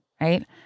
right